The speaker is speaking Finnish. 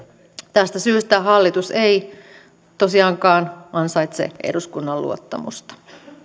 tästä syystä hallitus ei tosiaankaan ansaitse eduskunnan luottamusta